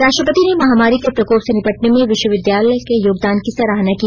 राष्ट्रपति ने महामारी के प्रकोप से निपटने में विश्वविद्यालय के योगदान की सराहना की